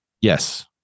yes